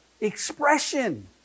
expression